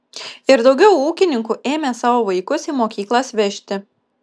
ir daugiau ūkininkų ėmė savo vaikus į mokyklas vežti